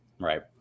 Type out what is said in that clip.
Right